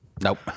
Nope